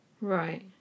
Right